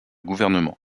gouvernement